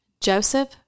Joseph